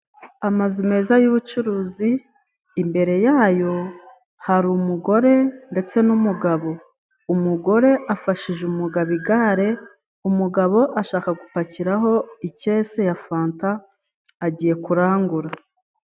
Amazu meza y'ubucuruzi imbere yayo hari umugore ndetse n'umugabo. Umugore afashije umugabo igare, umugabo ashaka gupakiraho ikese ya fanta, agiye kurangura.